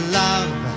love